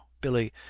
Billy